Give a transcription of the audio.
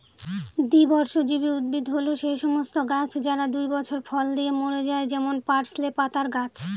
দ্বিবর্ষজীবী উদ্ভিদ হল সেই সমস্ত গাছ যারা দুই বছর ফল দিয়ে মরে যায় যেমন পার্সলে পাতার গাছ